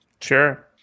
Sure